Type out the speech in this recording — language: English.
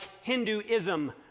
Hinduism